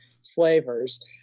slavers